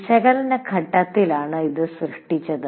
വിശകലന ഘട്ടത്തിലാണ് ഇത് സൃഷ്ടിച്ചത്